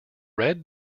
red